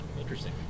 interesting